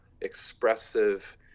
expressive